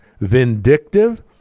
vindictive